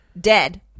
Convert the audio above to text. dead